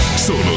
Solo